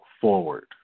forward